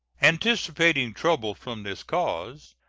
anticipating trouble from this cause,